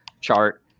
chart